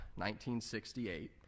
1968